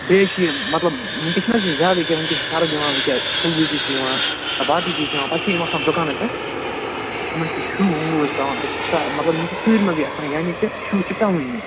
بیٚیہِ حظ چھِ یہِ مطلب وٕنۍکٮ۪س چھِنہٕ حظ یہِ زیادٕ ییٚکیٛاہ وٕنۍکٮ۪س چھِ سرٕد یِوان ییٚکیٛاہ پھُلگوٗپی چھِ یِوان یا باقٕے چیٖز چھِ یِوان پتہٕ چھِ یِم آسان دُکانن پٮ۪ٹھ یِمَن چھُ شُہہ وُہ حظ پٮ۪وان اَتہِ چھِ سا مطلب یِم چھِ تۭرِ مںٛزٕے آسان یعنی کہِ شُہہ چھُ پٮ۪وٲنی